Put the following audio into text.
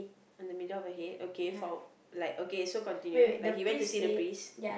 on the middle of the head okay for like okay so continue like he went to see the priest